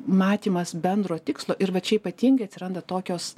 matymas bendro tikslo ir va čia ypatingi atsiranda tokios